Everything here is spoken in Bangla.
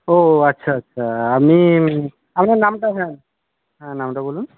ও আচ্ছা আচ্ছা আপনি আপনার নামটা হ্যাঁ হ্যাঁ নামটা বলুন